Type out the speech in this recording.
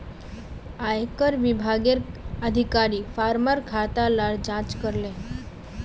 आयेकर विभागेर अधिकारी फार्मर खाता लार जांच करले